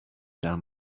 down